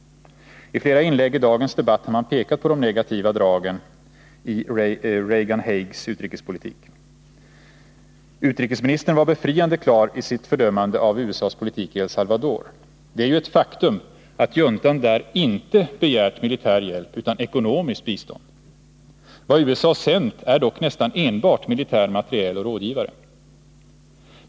I flera inlägg i dagens debatt har man pekat på de negativa dragen i Reagans och Haigs utrikespolitik. Utrikesministern var befriande klar i sitt fördömande av USA:s politik i El Salvador. Det är ju ett faktum att juntan där inte begärt militär hjälp utan ekonomiskt bistånd. Vad USA sänt är dock endast militär materiel och rådgivare.